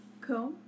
Cool